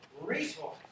resource